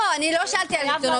לא, סליחה, אני לא שאלתי על עיתון.